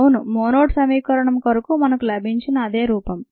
అవును మోనోడ్ సమీకరణం కొరకు మనకు లభించిన అదే రూపం